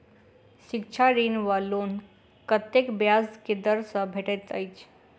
शिक्षा ऋण वा लोन कतेक ब्याज केँ दर सँ भेटैत अछि?